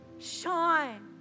shine